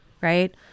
right